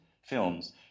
films